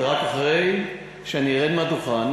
זה רק אחרי שאני ארד מהדוכן,